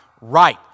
Right